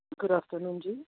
good afternoon ਜੀ